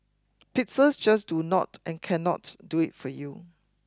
Pixels just do not and cannot do it for you